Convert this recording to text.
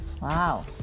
Wow